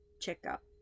checkup